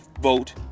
vote